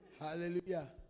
Hallelujah